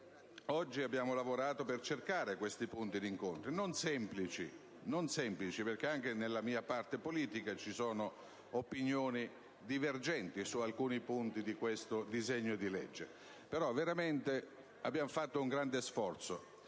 oggi abbiamo lavorato per cercare questi punti d'incontro non semplici, perché anche nella mia parte politica vi sono opinioni divergenti su alcuni punti di questo disegno di legge. Abbiamo, però, davvero compiuto un grande sforzo